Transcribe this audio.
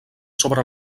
sobre